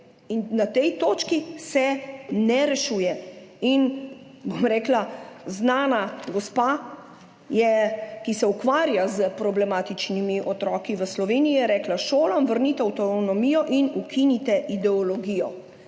in na tej točki se ne rešuje. Znana gospa, ki se ukvarja s problematičnimi otroki v Sloveniji, je rekla, šolam vrnite avtonomijo in ukinite ideologijo.